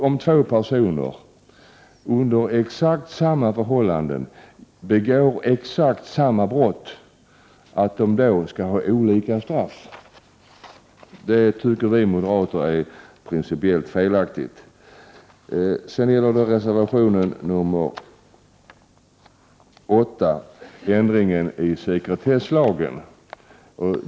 Om två personer under exakt samma förhållanden begår exakt samma brott är det principiellt felaktigt, tycker vi moderater, att de skall ha olika straff. Sedan gäller det reservation nr 8 om ändringen i sekretesslagen.